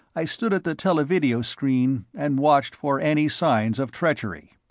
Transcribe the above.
i stood at the televideo screen and watched for any signs of treachery.